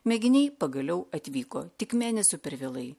mėginiai pagaliau atvyko tik mėnesiu per vėlai